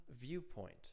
viewpoint